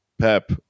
PEP